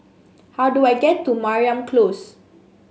how do I get to Mariam Close